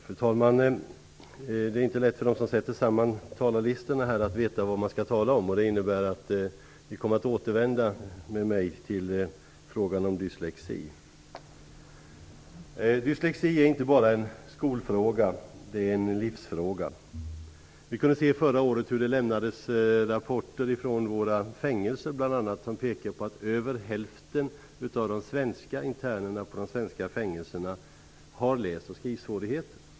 Fru talman! Det är inte lätt för dem som sätter samman talarlistorna att veta vad man skall tala om. Det innebär att vi genom mig kommer att återvända till frågan om dyslexi. Dyslexi är inte bara en skolfråga, det är en livsfråga. Förra året kunde vi se hur det lämnades rapporter bl.a. från våra fängelser som pekar på att över hälften av de svenska internerna på de svenska fängelserna har läs och skrivsvårigheter.